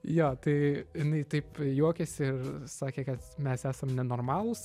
jo tai jinai taip juokėsi ir sakė kad mes esam nenormalūs